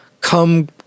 come –